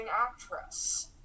actress